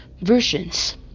Versions